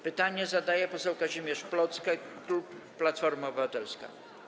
Pytanie zadaje poseł Kazimierz Plocke, klub Platforma Obywatelska.